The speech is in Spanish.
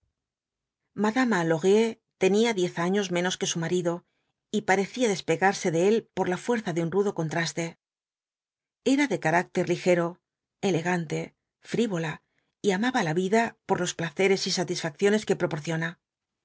madama laurier tenía diez años menos que su marido y parecía despegarse de él por la fuerza de un rudo contraste era de carácter ligero elegante frivola y amaba la vida por los placeres y satisfacciones que proporciona